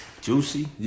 Juicy